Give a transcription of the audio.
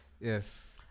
yes